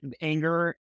anger